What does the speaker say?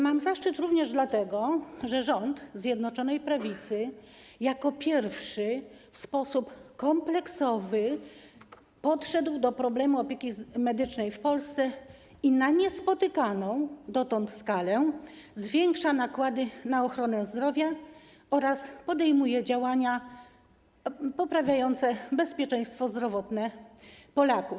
Mam zaszczyt również dlatego, że rząd Zjednoczonej Prawicy jako pierwszy w sposób kompleksowy podszedł do problemu opieki medycznej w Polsce i na niespotykaną dotąd skalę zwiększa nakłady na ochronę zdrowia oraz podejmuje działania poprawiające bezpieczeństwo zdrowotne Polaków.